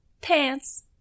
Pants